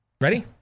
Ready